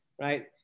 right